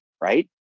right